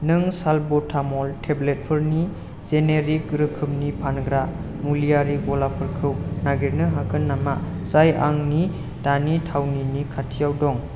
नों सालबुतामल टेब्लेटफोरनि जेनेरिक रोखोमनि फानग्रा मुलिआरि गलाफोरखौ नागिरनो हागोन नामा जाय आंनि दानि थावनिनि खाथियाव दं